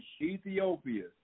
Ethiopia